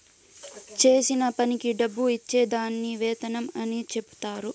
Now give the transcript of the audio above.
చేసిన పనికి డబ్బు ఇచ్చే దాన్ని వేతనం అని చెప్తారు